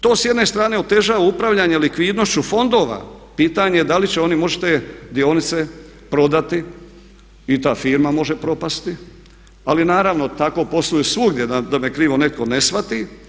To s jedne strane otežava upravljanje likvidnošću fondova, pitanje da li će oni moći te dionice prodati i ta firma može propasti ali naravno tako posluju svugdje da me krivo netko ne shvati.